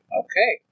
okay